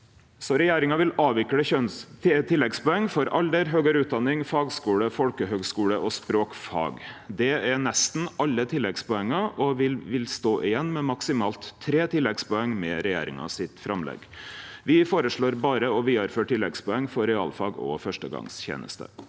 Regjeringa vil avvikle tilleggspoeng for alder, høgare utdanning, fagskule, folkehøgskule og språkfag. Det er nesten alle tilleggspoenga, og me vil stå igjen med maksimalt tre tilleggspoeng med framlegget til regjeringa. Me føreslår berre å vidareføre tilleggspoeng for realfag og førstegongsteneste.